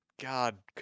God